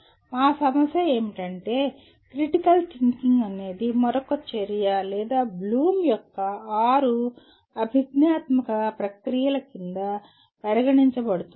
మా సమస్య ఏమిటంటే క్రిటికల్ థింకింగ్ అనేది మరొక చర్య లేదా బ్లూమ్ యొక్క ఆరు అభిజ్ఞాత్మక ప్రక్రియల క్రింద పరిగణించబడుతుందా